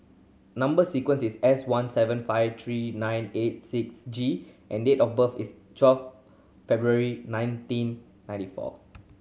number sequence is S one seven five three nine eight six G and date of birth is twelve February nineteen ninety four